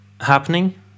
happening